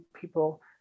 people